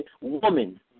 woman